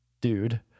dude